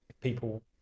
people